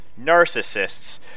narcissists